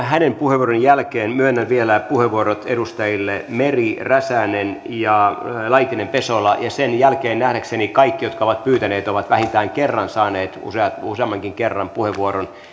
hänen puheenvuoronsa jälkeen myönnän vielä puheenvuorot edustajille meri räsänen ja laitinen pesola sen jälkeen nähdäkseni kaikki jotka ovat pyytäneet ovat vähintään kerran saaneet useat useamminkin kerran puheenvuoron